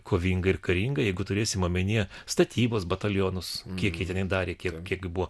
kovinga ir karinga jeigu turėsim omenyje statybos batalionus kiek jie tenai darė tiek kiek jų buvo